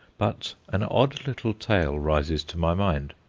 but an odd little tale rises to my mind.